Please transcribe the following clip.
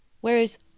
Whereas